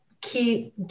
key